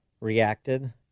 reacted